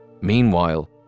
Meanwhile